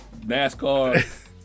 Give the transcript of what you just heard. NASCAR